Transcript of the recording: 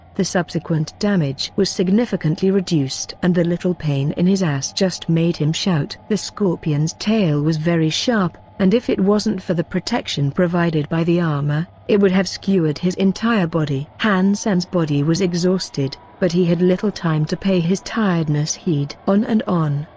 the subsequent damage was significantly reduced and the literal pain in his ass just made him shout. the scorpion's tail was very sharp, and if it wasn't for the protection provided by the armor, it would have skewered his entire body. han sen's body was exhausted, but he had little time to pay his tiredness heed. on and on,